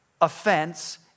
offense